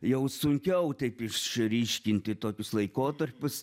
jau sunkiau taip išryškinti tokius laikotarpius